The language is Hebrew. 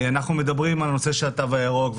אנחנו מדברים על נושא התו הירוק,